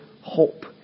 hope